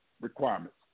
requirements